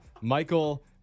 Michael